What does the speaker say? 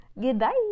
goodbye